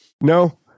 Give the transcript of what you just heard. No